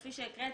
כפי שהקראתי,